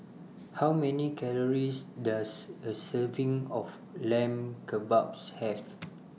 How Many Calories Does A Serving of Lamb Kebabs Have